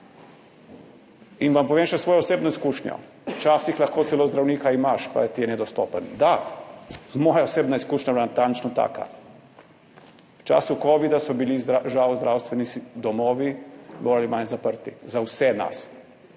Vam povem še svojo osebno izkušnjo, včasih lahko celo zdravnika imaš, pa ti je nedostopen. Da, moja osebna izkušnja je bila natančno taka. V času covida so bili žal zdravstveni domovi bolj ali manj zaprti za vse nas,